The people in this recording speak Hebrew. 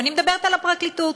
ואני מדברת על הפרקליטות,